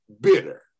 bitter